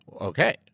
Okay